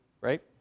right